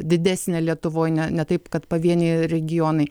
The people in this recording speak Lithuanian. didesnė lietuvoj ne ne taip kad pavieniai regionai